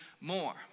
more